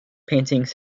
paintings